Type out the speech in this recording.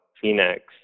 Phoenix